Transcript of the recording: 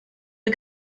wir